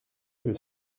que